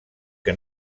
que